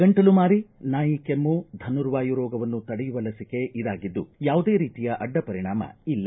ಗಂಟಲು ಮಾರಿ ನಾಯಿ ಕೆಮ್ಮು ಧನುರ್ವಾಯು ರೋಗವನ್ನು ತಡೆಯುವ ಲಸಿಕೆ ಇದಾಗಿದ್ದು ಯಾವುದೇ ರೀತಿಯ ಅಡ್ಡ ಪರಿಣಾಮ ಇಲ್ಲ